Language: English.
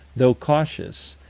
though cautious,